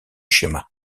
schémas